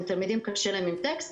אם לתלמידים קשה עם טקסט,